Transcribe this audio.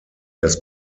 das